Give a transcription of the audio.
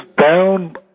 down